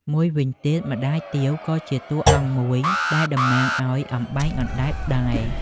មួយវិញទៀត ម្តាយទាវ ក៏ជាតួអង្គមួយដែលតំណាងឲ្យ "អំបែងអណ្ដែត" ដែរ។